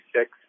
Six